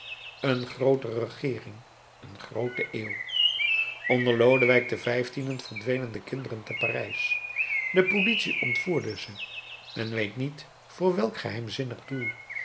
een groote regeering een groote eeuw onder lodewijk xv verdwenen de kinderen te parijs de politie ontvoerde ze men weet niet voor welk geheimzinnig doel